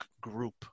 group